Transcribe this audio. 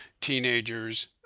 teenagers